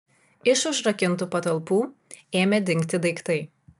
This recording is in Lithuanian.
iš užrakintų patalpų ėmė dingti daiktai